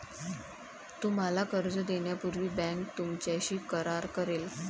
तुम्हाला कर्ज देण्यापूर्वी बँक तुमच्याशी करार करेल